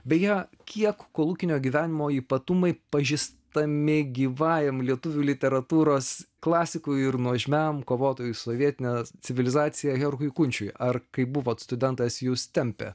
beje kiek kolūkinio gyvenimo ypatumai pažįstami gyvajam lietuvių literatūros klasikui ir nuožmiam kovotojui su sovietine civilizacija herkui kunčiui ar kai buvot studentas jus tempė